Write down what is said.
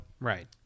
right